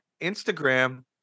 Instagram